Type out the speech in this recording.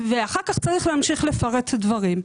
ואחר כך צריך להמשיך לפרט דברים.